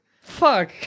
fuck